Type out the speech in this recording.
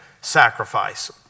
sacrifice